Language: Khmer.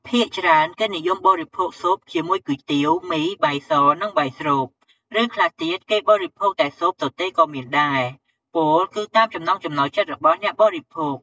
ភាគច្រើន គេនិយមបរិភោគស៊ុបជាមួយ គុយទាវ មី បាយស និងបាយស្រូប ឬខ្លះទៀត គេបរិភោគតែស៊ុបទទេក៏មានដែរ ពោលគឺតាមចំណង់ចំណូលចិត្តរបស់អ្នកបរិភោគ។